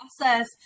process